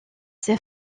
ses